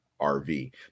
RV